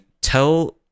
tell